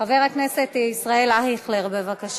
חבר הכנסת ישראל אייכלר, בבקשה.